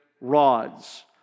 rods